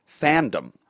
Fandom